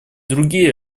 другие